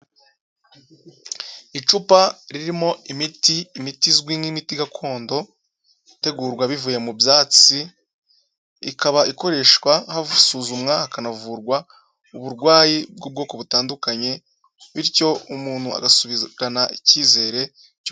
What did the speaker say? Icupa ririmo imiti imiti izwi nk'imiti gakondo, itegurwa bivuye mu byatsi ikaba ikoreshwa hasuzumwa hakanavurwa uburwayi bw'ubwoko butandukanye, bityo umuntu agasubirana ikizere,